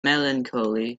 melancholy